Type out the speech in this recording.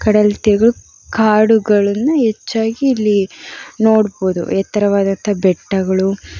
ಕಡಲ ತೀರಗಳು ಕಾಡುಗಳನ್ನು ಹೆಚ್ಚಾಗಿ ಇಲ್ಲಿ ನೋಡ್ಬೋದು ಎತ್ತರವಾದಂಥ ಬೆಟ್ಟಗಳು